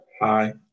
hi